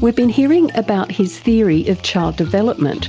we've been hearing about his theory of child development